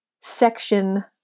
Section